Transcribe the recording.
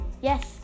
Yes